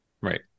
Right